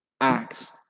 acts